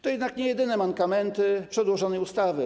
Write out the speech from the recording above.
To jednak nie jedyne mankamenty przedłożonej ustawy.